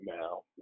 now